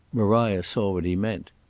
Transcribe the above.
maria saw what he meant.